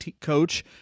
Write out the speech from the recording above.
coach